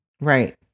Right